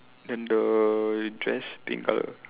then the dress pink colour